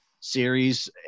series